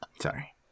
sorry